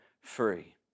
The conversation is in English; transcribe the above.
free